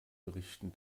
berichten